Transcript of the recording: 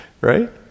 Right